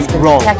wrong